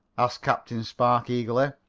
asked captain spark eagerly.